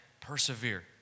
persevere